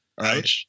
right